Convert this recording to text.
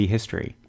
History